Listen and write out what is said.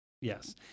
yes